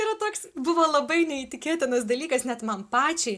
yra toks buvo labai neįtikėtinas dalykas net man pačiai